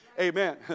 amen